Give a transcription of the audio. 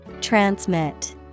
Transmit